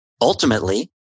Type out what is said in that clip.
Ultimately